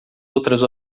outras